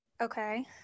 Okay